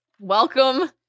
Welcome